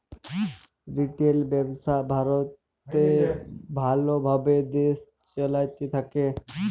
retail ব্যবসা ভারতে ভাল ভাবে দেশে চলতে থাক্যে